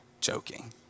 joking